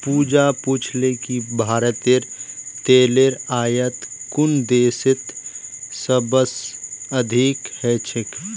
पूजा पूछले कि भारतत तेलेर आयात कुन देशत सबस अधिक ह छेक